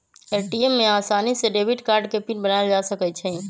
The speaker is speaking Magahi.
ए.टी.एम में आसानी से डेबिट कार्ड के पिन बनायल जा सकई छई